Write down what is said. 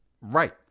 Right